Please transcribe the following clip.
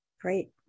Great